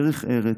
דרך ארץ,